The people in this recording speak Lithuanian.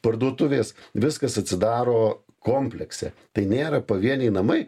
parduotuvės viskas atsidaro komplekse tai nėra pavieniai namai